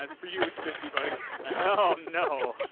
ah for you, it's fifty, buddy yeah oh, no.